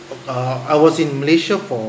uh I was in malaysia for